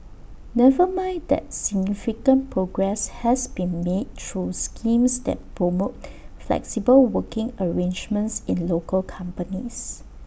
never mind that significant progress has been made through schemes that promote flexible working arrangements in local companies